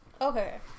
Okay